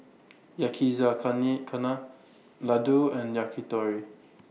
Ladoo and Yakitori